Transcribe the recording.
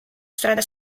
strada